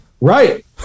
Right